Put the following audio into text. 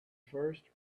first